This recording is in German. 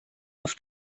auf